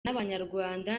n’abanyarwanda